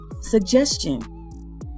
suggestion